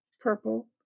purple